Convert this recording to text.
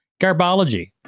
Garbology